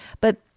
But-